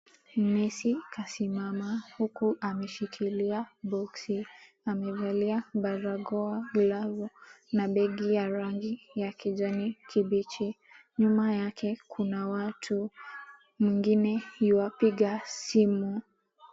Mlinzi kasimama huku ameshikilia boxy , amevalia barakoa, blauza na begi ya rangi ya kijani kibichi na nyuma yake kuna watu mwingine yuapiga simu.